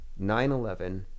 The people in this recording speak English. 9-11